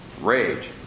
rage